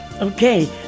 Okay